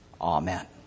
Amen